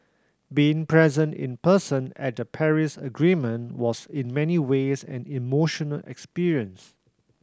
being present in person at the Paris Agreement was in many ways an emotional experience